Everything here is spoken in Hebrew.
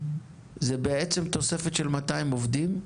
זה בעצם תוספת של 200 עובדים.